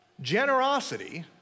Generosity